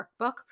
workbook